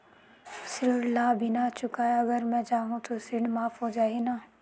ऋण ला बिना चुकाय अगर मै जाहूं तो ऋण माफ हो जाही न?